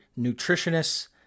nutritionists